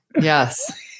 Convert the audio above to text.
yes